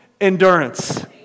endurance